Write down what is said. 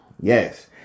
Yes